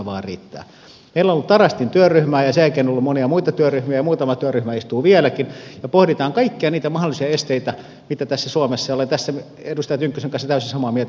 meillä on ollut tarastin työryhmää ja sen jälkeen on ollut monia muita työryhmiä ja muutama työryhmä istuu vieläkin ja pohditaan kaikkia niitä mahdollisia esteitä mitä tässä suomessa on ja olen tässä edustaja tynkkysen kanssa täysin samaa mieltä